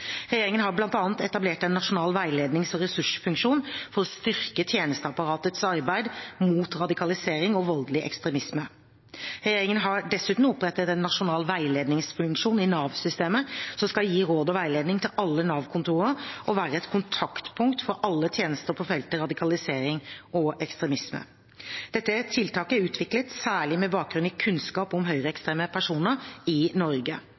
Regjeringen har bl.a. etablert en nasjonal veilednings- og ressursfunksjon for å styrke tjenesteapparatets arbeid mot radikalisering og voldelig ekstremisme. Regjeringen har dessuten opprettet en nasjonal veiledningsfunksjon i Nav-systemet, som skal gi råd og veiledning til alle Nav-kontorer og være et kontaktpunkt for alle tjenester på feltet radikalisering og ekstremisme. Dette tiltaket er utviklet særlig med bakgrunn i kunnskap om høyreekstreme personer i Norge.